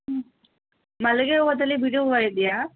ಹ್ಞೂ ಮಲ್ಲಿಗೆ ಹೂವಲ್ಲಿ ಬಿಡಿ ಹೂವು ಇದೆಯಾ